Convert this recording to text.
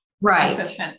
Right